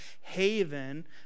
haven